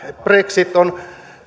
brexit on